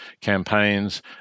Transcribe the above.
campaigns